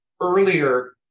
earlier